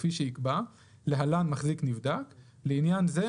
כפי שיקבע (להלן "מחזיק נבדק"); לעניין זה,